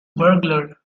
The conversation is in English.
burglar